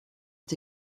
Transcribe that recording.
est